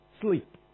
sleep